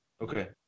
Okay